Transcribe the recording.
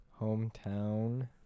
hometown